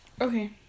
Okay